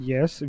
Yes